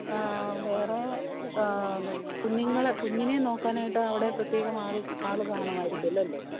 വേറെ കുഞ്ഞുങ്ങളെ കുഞ്ഞിനെ നോക്കാനായിട്ട് അവിടെ പ്രത്യേകം ആൾ ആൾ കാണുമായിരിക്കുമല്ലോ അല്ലേ